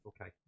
Okay